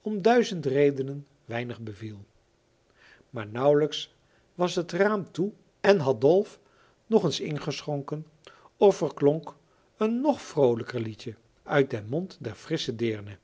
om duizend redenen weinig beviel maar nauwelijks was het raam toe en had dolf nog eens ingeschonken of er klonk een nog vroolijker liedje uit den mond der frissche deerne